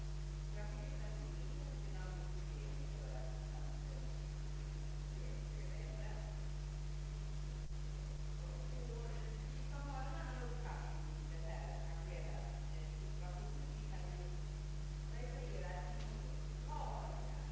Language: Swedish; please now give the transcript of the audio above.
Justitieministern har i sitt anförande i dag framhållit vilket omfattande arbete som ligger bakom en lagändring av detta slag, och han har rätt i det.